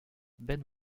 ben